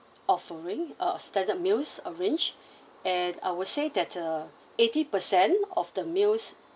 offering uh a standard meals range and I would say that uh eighty percent of the meals